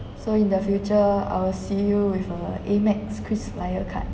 so in the future I'll see you with a amex krisflyer card